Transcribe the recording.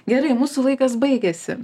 gerai mūsų laikas baigėsi